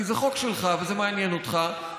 כי זה חוק שלך וזה מעניין אותך,